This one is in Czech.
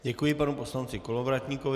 Děkuji panu poslanci Kolovratníkovi.